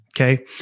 Okay